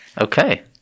Okay